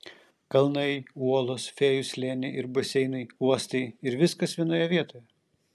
kalnai uolos fėjų slėniai ir baseinai uostai ir viskas vienoje vietoje